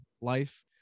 life